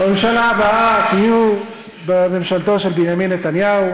בממשלה הבאה תהיו בממשלתו של בנימין נתניהו.